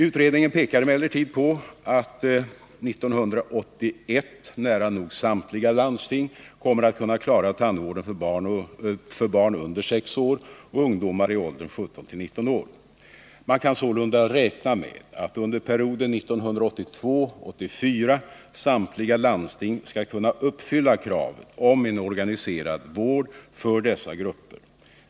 Utredningen pekar emellertid på att 1981 nära nog samtliga landsting kommer att kunna klara tandvården för barn under 6 år och ungdomar i åldern 17-19 år. Man kan sålunda räkna med att under perioden 1982-1984 samtliga landsting skall kunna uppfylla kravet om en organiserad vård för dessa grupper.